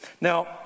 Now